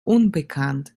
unbekannt